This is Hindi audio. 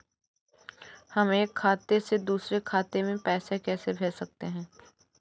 हम एक खाते से दूसरे खाते में पैसे कैसे भेज सकते हैं?